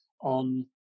on